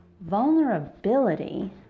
Vulnerability